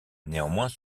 néanmoins